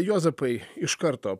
juozapai iš karto